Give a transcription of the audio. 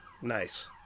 Nice